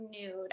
nude